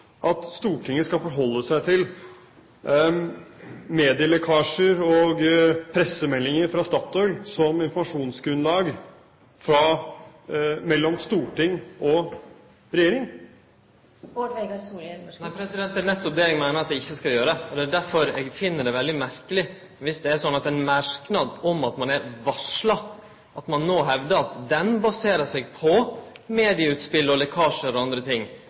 at Stortinget skal forholde seg til medielekkasjer og pressemeldinger fra Statoil som informasjonsgrunnlag mellom storting og regjering? Det er nettopp det eg meiner at ein ikkje skal gjere. Det er derfor eg finn det veldig merkeleg dersom det er slik at ein merknad om at ein er varsla, baserer seg på medieutspel, lekkasjar og andre ting.